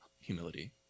humility